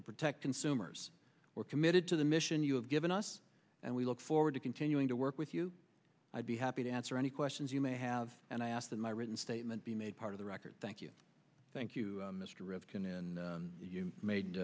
to protect consumers were committed to the mission you have given us and we look forward to continuing to work with you i'd be happy to answer any questions you may have and i ask that my written statement be made part of the record thank you thank you mr rivkin you made